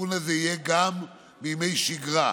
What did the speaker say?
התיקון הזה יהיה גם בימי שגרה.